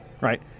Right